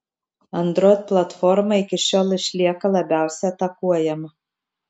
android platforma iki šiol išlieka labiausiai atakuojama